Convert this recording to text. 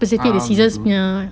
ah um benda tu